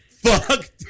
Fuck